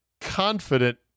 confident